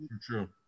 true